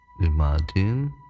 Imagine